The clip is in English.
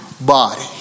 body